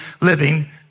living